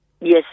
Yes